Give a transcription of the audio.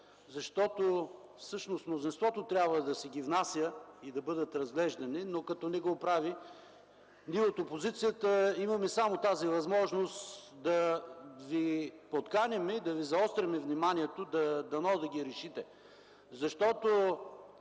Всъщност мнозинството трябва да си ги внася и да бъдат разглеждани, но като не го прави, ние от опозицията имаме само тази възможност – да Ви подканяме, да Ви изостряме вниманието, дано да ги решите. На